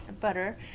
butter